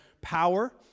power